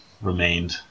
remained